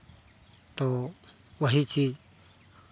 तो वही चीज़